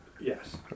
Yes